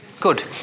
Good